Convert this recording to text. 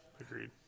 Agreed